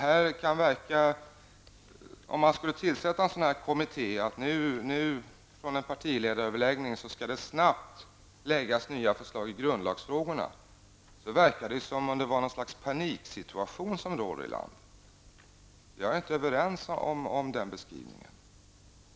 Om en sådan kommitté skall tillsättas och nya förslag i grundlagsfrågorna snabbt skall läggas fram efter en partiledaröverläggning, verkar det som om någon slags paniksituation råder i landet. Jag är inte överens med Olle Svensson om den beskrivningen.